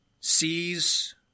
sees